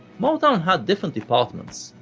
motown had different departments,